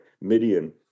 Midian